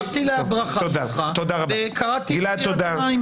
הקשבתי להדרכה שלך וקראתי קריאת ביניים.